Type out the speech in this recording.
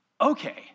Okay